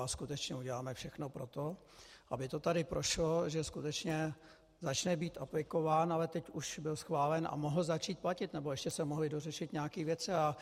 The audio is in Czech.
A skutečně uděláme všechno pro to, aby to tady prošlo, že skutečně začne být aplikován, ale teď už byl schválen a mohl začít platit nebo ještě se mohly dořešit nějaké věci.